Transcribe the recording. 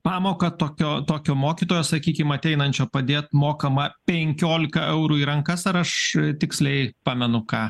pamoka tokio tokio mokytojo sakykim ateinančio padėt mokama penkiolika eurų į rankas ar aš tiksliai pamenu ką